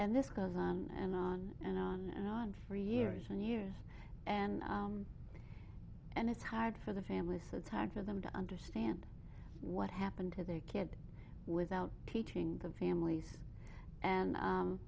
and this goes on and on and on and on for years and years and and it's hard for the families photogs or them to understand what happened to their kid without teaching the families and